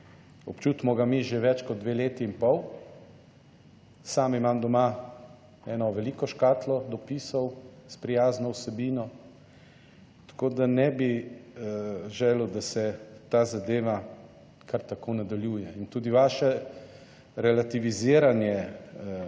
občutimo ga mi že več kot dve leti in pol. Sam imam doma eno veliko škatlo dopisov s prijazno vsebino, tako da ne bi želel, da se ta zadeva kar tako nadaljuje. In tudi vaše relativiziranje